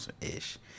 Ish